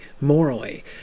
morally